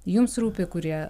jums rūpi kurie